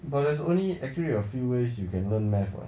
but there's only actually a few ways you can learn math [what]